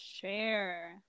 share